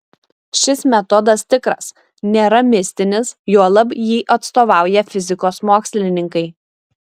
šis metodas tikras nėra mistinis juolab jį atstovauja fizikos mokslininkai